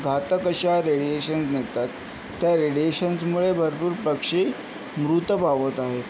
घातक अशा रेडिएशन्स निघतात त्या रेडिएशन्समुळे भरपूर पक्षी मृत पावत आहेत